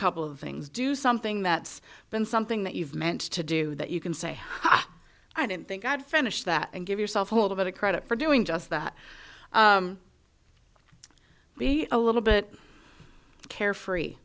couple of things do something that's been something that you've meant to do that you can say i didn't think i'd finish that and give yourself a little bit of credit for doing just that be a little bit carefree